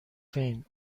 فین